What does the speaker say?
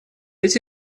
эти